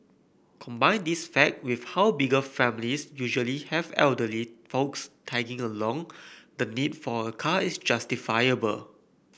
combine this fact with how bigger families usually have elderly folks tagging along the need for a car is justifiable